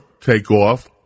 takeoff